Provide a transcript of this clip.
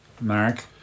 Mark